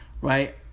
right